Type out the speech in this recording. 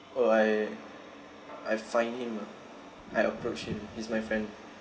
oh I I find him ah I approached him he's my friend